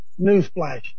Newsflash